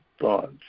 thoughts